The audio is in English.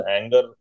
anger